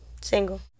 Single